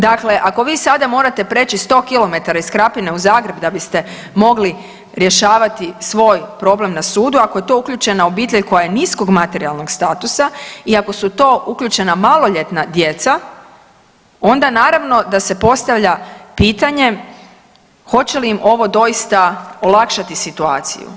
Dakle, ako vi sada morate preći 100 km iz Krapine u Zagreb da biste mogli rješavati svoj problem na sudu, ako je u to uključena obitelj koja je niskog materijalnog statusa i ako su u to uključenja maloljetna djeca onda naravno da se postavlja pitanje hoće li im ovo doista olakšati situaciju.